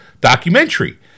documentary